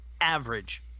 average